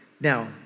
Now